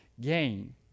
gain